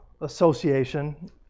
association